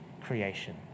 creation